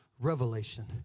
revelation